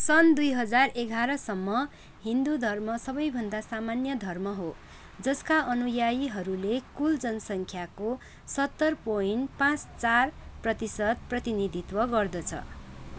सन् दुई हजार एघारसम्म् हिन्दू धर्म सबैभन्दा सामान्य धर्म हो जसका अनुयायीहरूले कुल जनसङ्ख्याको सत्तर पोइन्ट पाँच चार प्रतिशत प्रतिनिधित्व गर्दछ